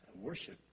worship